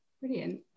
Brilliant